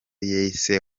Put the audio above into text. yayise